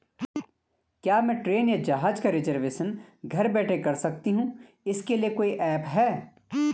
क्या मैं ट्रेन या जहाज़ का रिजर्वेशन घर बैठे कर सकती हूँ इसके लिए कोई ऐप है?